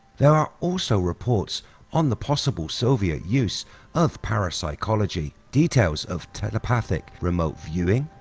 there are also reports on the possible soviet use of parapsychology, details of telepathic remote viewing,